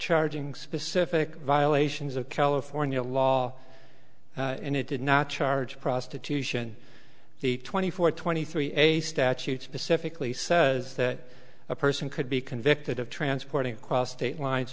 charging specific violations of california law and it did not charge prostitution the twenty four twenty three a statute specifically says that a person could be convicted of transporting across state line